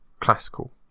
Classical